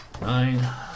Nine